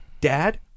dad